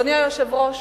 אדוני היושב-ראש,